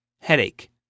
headache